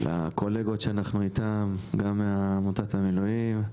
לקולגות שאנחנו איתם בקשר אמיץ - גם עמותת המילואים,